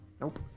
nope